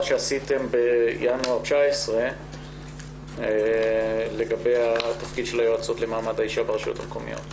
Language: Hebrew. שעשיתם בינואר 2019 לגבי תפקיד היועצות למעמד האישה ברשויות המקומיות.